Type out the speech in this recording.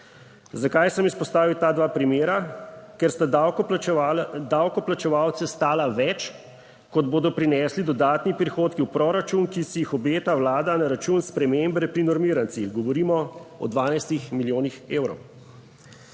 Zakaj sem izpostavil ta dva primera? Ker sta davkoplačevalce stala več, kot bodo prinesli dodatni prihodki v proračun, ki si jih obeta Vlada na račun spremembe pri normirancih, govorimo o 12 milijonih evrov.